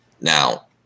Now